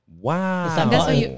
wow